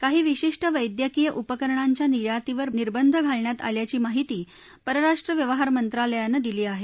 काही विशिष्ट वैद्यकीय उपकरणांच्या निर्यातीवर निर्बंध घालण्यात आल्याची माहिती परराष्ट्र व्यवहार मंत्रालयानं दिली आहे